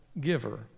giver